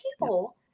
people